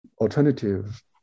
alternative